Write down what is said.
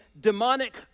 demonic